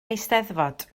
eisteddfod